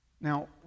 Now